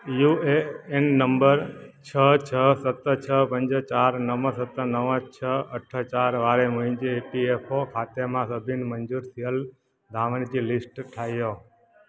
U A N number छ्ह छ्ह सत छ्ह पंज चार नव सत नव छ्ह अठ चार वारे मुंहिंजे ई पी एफ ओ खाते मां सभिनी मंज़ूरु थियलु दावनि जी लिस्ट ठाहियो